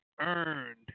earned